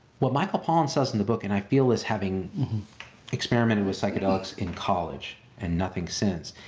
what michael pollan says in the book, and i feel as having experimented with psychedelics in college and nothing since,